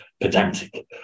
pedantic